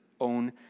own